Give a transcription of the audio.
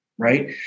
Right